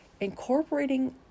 incorporating